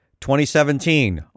2017